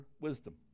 wisdom